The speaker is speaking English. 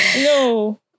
No